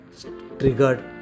triggered